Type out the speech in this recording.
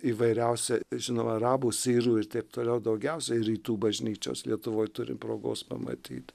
įvairiausia žinoma arabų sirų ir taip toliau daugiausiai rytų bažnyčios lietuvoj turi progos pamatyt